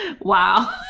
Wow